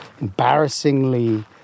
embarrassingly